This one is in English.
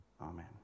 Amen